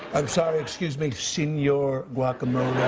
i'm sorry, excuse me. senor guacamole.